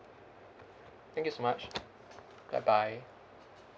thank you so much bye bye